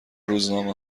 روزنامه